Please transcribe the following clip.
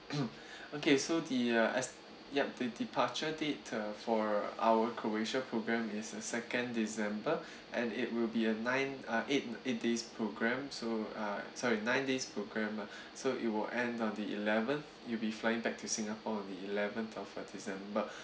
okay so the uh es~ ya the departure date ah for our croatia program is uh second december and it will be a nine uh eight eight days program so uh sorry nine days program ah so it will end on the eleventh you'll be flying back to singapore on the eleventh of uh december